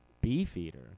Beefeater